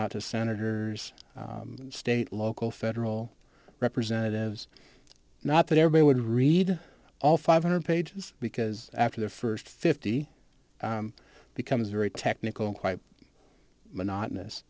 out to senators and state local federal representatives not that everybody would read all five hundred pages because after the first fifty becomes very technical and quite monotonous